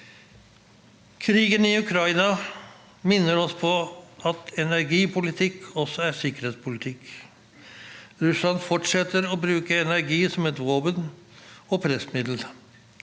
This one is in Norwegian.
Krigen i Ukraina minner oss på at energipolitikk også er sikkerhetspolitikk. Russland fortsetter å bruke energi som et våpen og pressmiddel.